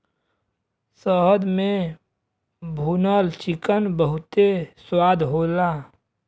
शहद में भुनल चिकन बहुते स्वाद होला